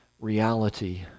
reality